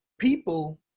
People